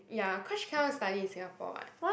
ya cause she cannot study in Singapore [what]